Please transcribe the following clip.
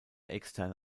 externe